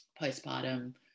postpartum